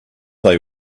they